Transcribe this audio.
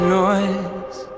noise